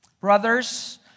Brothers